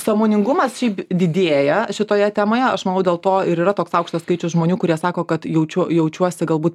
sąmoningumas šiaip didėja šitoje temoje aš manau dėl to ir yra toks aukštas skaičius žmonių kurie sako kad jaučiu jaučiuosi galbūt